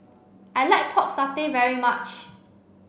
I like pork satay very much